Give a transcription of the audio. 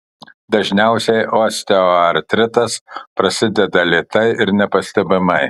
dažniausiai osteoartritas prasideda lėtai ir nepastebimai